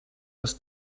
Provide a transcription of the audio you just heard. das